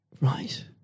Right